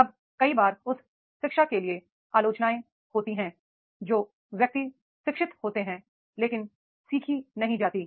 अब कई बार उस शिक्षा के लिए आलोचनाएँ होती हैं जो व्यक्ति शिक्षित होती है लेकिन सीखी नहीं जाती